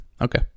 Okay